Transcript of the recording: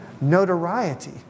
notoriety